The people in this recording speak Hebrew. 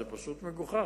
זה פשוט מגוחך.